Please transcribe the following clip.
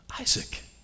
Isaac